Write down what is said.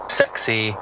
sexy